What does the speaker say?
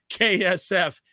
KSF